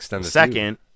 Second